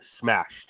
smashed